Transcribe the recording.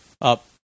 up